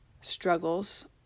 struggles